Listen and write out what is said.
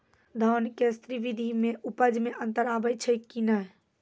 धान के स्री विधि मे उपज मे अन्तर आबै छै कि नैय?